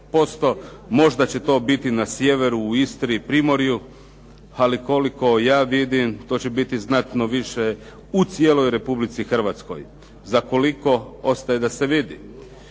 možda će to biti na sjeveru u Istri i Primorju ali koliko ja vidim to će biti znatno više u cijeloj Republici Hrvatskoj, za koliko ostaje da se vidi.